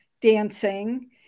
dancing